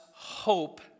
Hope